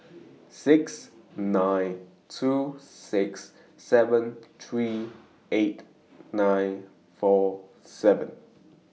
six nine two six seven three eight nine four seven